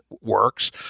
works